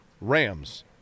Rams